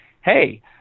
hey –